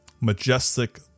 majestic